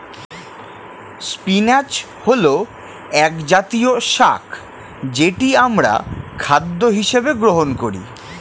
spinach হল একজাতীয় শাক যেটি আমরা খাদ্য হিসেবে গ্রহণ করি